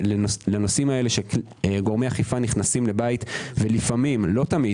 לנושאים של גורמי אכיפה נכנסים לבית ולפעמים לא תמיד